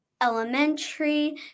elementary